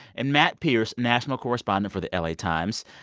and matt pearce, national correspondent for the la times.